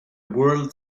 world